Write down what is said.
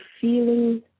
feeling